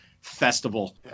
festival